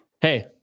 hey